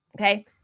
okay